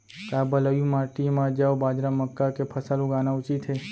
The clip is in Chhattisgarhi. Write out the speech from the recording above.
का बलुई माटी म जौ, बाजरा, मक्का के फसल लगाना उचित हे?